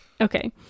okay